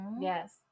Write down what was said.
Yes